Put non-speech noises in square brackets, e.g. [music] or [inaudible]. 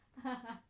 [laughs]